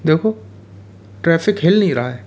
देखो ट्रैफ़िक हिल नहीं रहा है